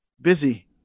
busy